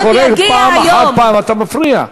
אתה קורא פעם אחר פעם, אתה מפריע.